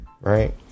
right